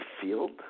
field